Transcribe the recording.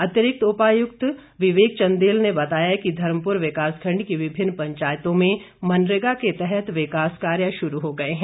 अतिरिक्त उपायुक्त विवेक चंदेल ने बताया कि धर्मपुर विकास खंड की विभिन्न पंचायतों में मनरेगा के तहत विकास कार्य शुरू हो गए हैं